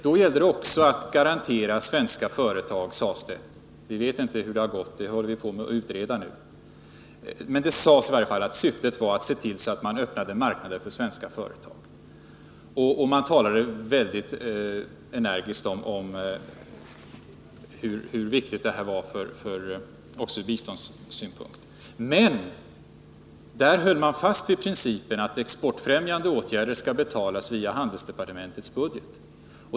Då gällde det också att garantera svenska företag beställningar, sades det — vi vet inte hur det har gått; det håller vi på att utreda nu — och syftet var att se till att man öppnade marknader för svenska företag, och man talade väldigt energiskt om hur viktigt det här var också ur biståndssynpunkt. Men där höll man fast vid principen att exportfrämjande åtgärder skall betalas via handelsdepartementets budget.